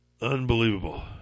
unbelievable